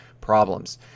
problems